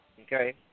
okay